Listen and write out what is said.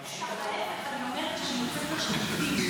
להפך, אני אומרת שאני יוצאת לשירותים.